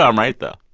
um right, though.